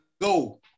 go